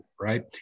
right